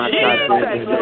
Jesus